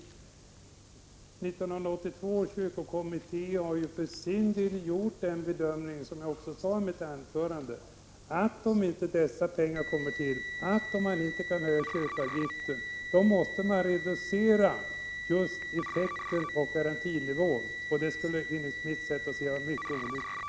1982 års kyrkokommitté har för sin del gjort den bedömningen, som jag sade i mitt anförande, att om inte dessa pengar kommer till och om inte kyrkoavgiften kan höjas, måste man reducera just effekten på garantinivån. Det skulle enligt mitt sätt att se vara mycket olyckligt.